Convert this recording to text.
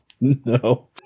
no